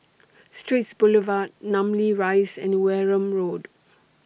Straits Boulevard Namly Rise and Wareham Road